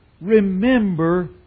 remember